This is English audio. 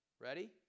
Ready